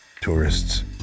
tourists